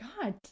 God